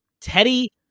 Teddy